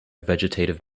vegetative